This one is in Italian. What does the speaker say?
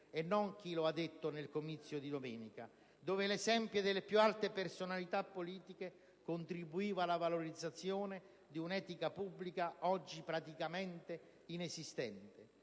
non chi lo ha detto nel comizio di domenica - dove l'esempio delle più alte personalità politiche contribuiva alla valorizzazione di un'etica pubblica oggi praticamente inesistente.